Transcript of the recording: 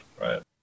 right